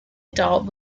adult